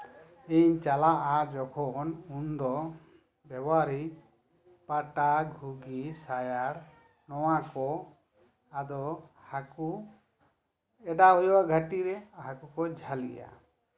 ᱤᱧ ᱪᱟᱞᱟᱜᱼᱟ ᱡᱚᱠᱷᱚᱱ ᱩᱱ ᱫᱚ ᱵᱮᱵᱚᱦᱟᱨᱟᱹᱧ ᱯᱟᱴᱟ ᱜᱷᱩᱜᱤ ᱥᱤᱭᱟᱹᱲᱟ ᱱᱚᱶᱟ ᱠᱚ ᱟᱫᱚ ᱦᱟᱹᱠᱩ ᱚᱰᱟᱣ ᱦᱩᱭᱩᱜᱼᱟ ᱜᱷᱟᱴᱤ ᱨᱮ ᱦᱟᱹᱠᱩ ᱠᱚ ᱡᱷᱟᱹᱞᱤᱜᱼᱟ